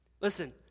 Listen